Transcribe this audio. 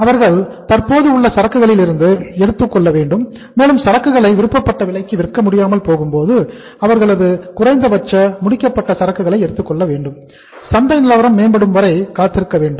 அவர்கள் தற்போது உள்ள சரக்குகலிருந்து எடுத்துக்கொள்ள வேண்டும் மேலும் சரக்குகளை விருப்பப்பட்ட விலைக்கு விற்க முடியாமல் போகும்போது அவர்களது குறைந்தபட்ச முடிக்கப்பட்ட சரக்குகளை எடுத்துக் கொள்ள வேண்டும் சந்தை நிலவரம் மேம்படும் வரை காத்திருக்க வேண்டும்